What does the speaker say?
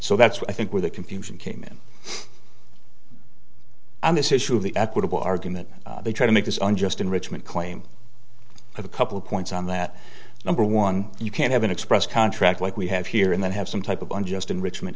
so that's why i think where the confusion came in on this issue of the equitable argument they try to make this unjust enrichment claim a couple of points on that number one you can't have an express contract like we have here and then have some type of one just enrichment